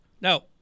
Now